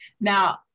Now